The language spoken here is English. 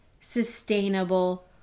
sustainable